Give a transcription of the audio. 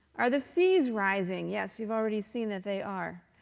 are the seas rising? yes, you've already seen that they are.